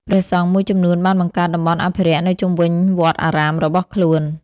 ព្រះសង្ឃមួយចំនួនបានបង្កើតតំបន់អភិរក្សនៅជុំវិញវត្តអារាមរបស់ខ្លួន។